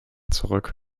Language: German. zurück